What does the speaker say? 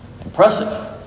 Impressive